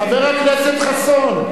חבר הכנסת חסון,